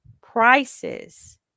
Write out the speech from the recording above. prices